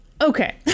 Okay